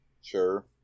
sure